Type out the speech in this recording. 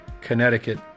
Connecticut